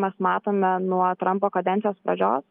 mes matome nuo trampo kadencijos pradžios